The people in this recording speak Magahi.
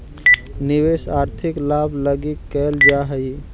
निवेश आर्थिक लाभ लगी कैल जा हई